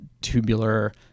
tubular